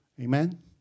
Amen